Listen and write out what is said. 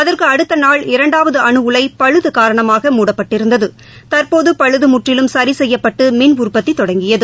அதற்கு அடுத்த நாள் இரண்டாவது அனு உலை பழுது காரணமாக மூடப்பட்டிருந்தது தற்போது பழுது முற்றிலும் சரி செய்யப்பட்டு மின் உற்பத்தி தொடங்கியது